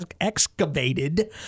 excavated